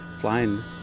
flying